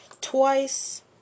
Twice